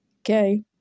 Okay